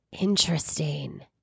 Interesting